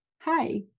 hi